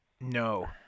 No